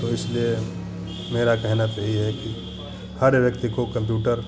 तो इसलिए मेरा कहना तो यही है कि हर व्यक्ति को कम्प्यूटर